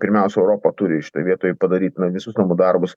pirmiausia europa turi šitoj vietoj padaryt na visus namų darbus